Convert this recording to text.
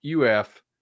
UF